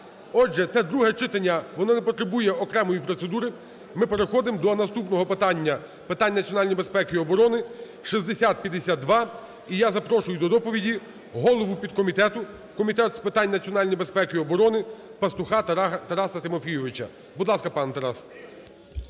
Отже, це друге читання воно не потребує окремої процедури. Ми переходимо до наступного питання – питання національної безпеки і оборони, 6052. І я запрошую до доповіді голову підкомітету Комітету з питань національної безпеки і оборони Пастуха Тараса Тимофійовича. Будь ласка, пане Тарас.